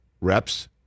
reps